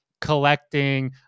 collecting